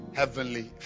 heavenly